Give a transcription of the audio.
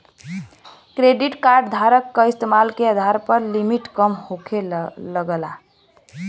credit card धारक क इस्तेमाल के आधार पर लिमिट कम होये लगला